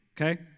okay